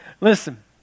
Listen